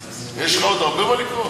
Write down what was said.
יש לך עוד הרבה מה לקרוא?